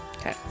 Okay